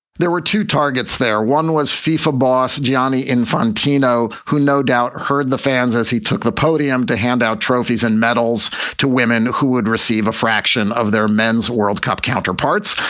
there were two targets there. one was fifa boss gianni infantino, who no doubt heard the fans as he took the podium to hand out trophies and medals to women who would receive a fraction of their men's world cup counterparts.